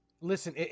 Listen